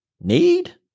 need